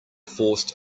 forced